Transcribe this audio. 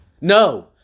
No